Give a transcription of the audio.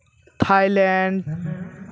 Thailand